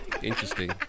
Interesting